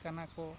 ᱠᱟᱱᱟ ᱠᱚ